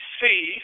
see